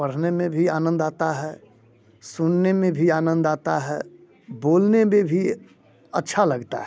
पढ़ने में भी आनंद आता है सुनने में भी आनंद आता है बोलने में भी अच्छा लगता है